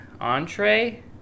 entree